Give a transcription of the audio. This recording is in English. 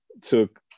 took